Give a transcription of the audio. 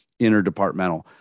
interdepartmental